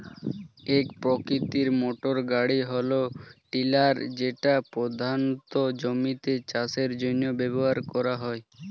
এক প্রকৃতির মোটরগাড়ি হল টিলার যেটা প্রধানত জমিতে চাষের জন্য ব্যবহার করা হয়